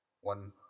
One